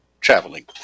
traveling